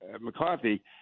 McCarthy